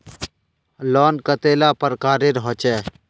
Loan कतेला प्रकारेर होचे?